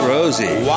Rosie